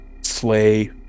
slay